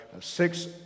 six